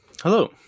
Hello